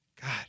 God